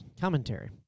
commentary